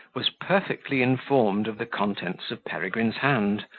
was perfectly informed of the contents of peregrine's hand,